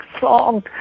song